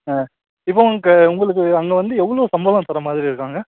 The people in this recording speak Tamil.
ஆ இப்போது உங்களுக்கு உங்களுக்கு அங்கே வந்து எவ்வளோ சம்பளம் தர மாதிரி இருக்காங்க